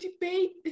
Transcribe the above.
debate